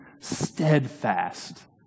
steadfast